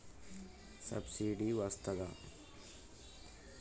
Subsidy వస్తదా?